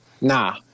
nah